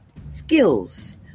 skills